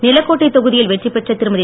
நிலக்கோட்டை தொகுதியில் வெற்றி பெற்ற திருமதி